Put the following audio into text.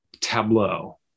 tableau